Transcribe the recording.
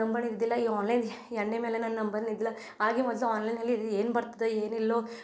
ನಂಬಣಿ ಇದ್ದಿಲ್ಲ ಈ ಆನ್ಲೈನ್ ಎಣ್ಣೆ ಮೇಲೆ ನನ್ನ ನಂಬನ್ ಇದ್ದಿಲ್ಲ ಹಾಗೇ ಮೊದಲು ಆನ್ಲೈನ್ನಲ್ಲಿ ಇದು ಏನು ಬರ್ತದ್ಯೋ ಏನಿಲ್ವೋ